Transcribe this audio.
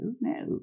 no